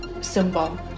symbol